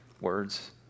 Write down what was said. words